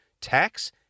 tax